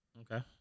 Okay